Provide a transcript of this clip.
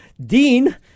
Dean